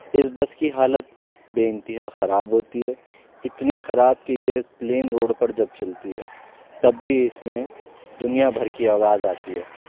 اس bus کی حالت بے انتہا خراب ہوتی ہے اتنی خراب کہ یہ پلین روڈ پر جب چلتی ہے تب بھی اس میں دنیا بھر کی آواز آتی ہے